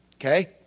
Okay